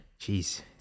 Jeez